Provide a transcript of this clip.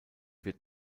wird